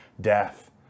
death